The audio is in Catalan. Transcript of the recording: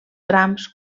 trams